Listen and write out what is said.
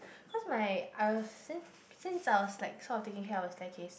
cause my I was since since I was like sort of taking care of the staircase